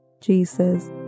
Jesus